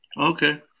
Okay